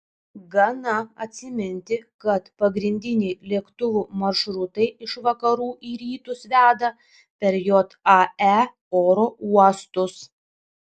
gana atsiminti kad pagrindiniai lėktuvų maršrutai iš vakarų į rytus veda per jae oro uostus